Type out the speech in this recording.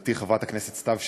חברתי חברת הכנסת סתיו שפיר,